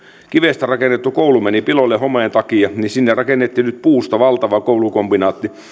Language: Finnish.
kivestä rakennettu koulu piloille homeen takia niin sinne rakennettiin nyt puusta valtava koulukombinaatti